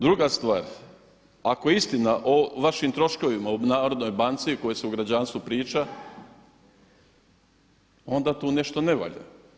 Druga stvar, ako istina o vašim troškovima u narodnoj banci u kojoj se u građanstvu priča onda tu nešto ne valja.